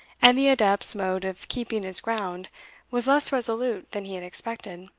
and the adept's mode of keeping his ground was less resolute than he had expected.